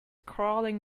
crawling